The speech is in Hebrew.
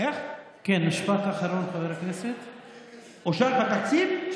כשיאושר התקציב.